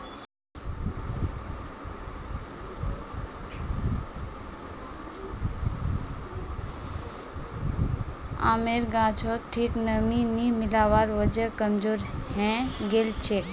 आमेर गाछोत ठीक नमीं नी मिलवार वजह कमजोर हैं गेलछेक